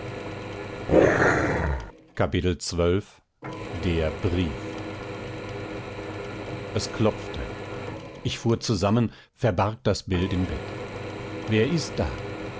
es klopfte ich fuhr zusammen verbarg das bild im bett wer ist da